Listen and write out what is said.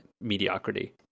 mediocrity